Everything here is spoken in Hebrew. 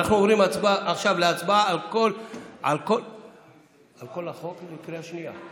אנחנו עוברים עכשיו לצבעה על כל החוק בקריאה שנייה.